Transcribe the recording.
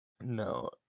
No